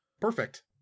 Perfect